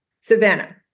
Savannah